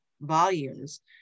volumes